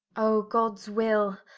oh gods will,